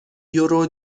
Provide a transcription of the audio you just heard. یورو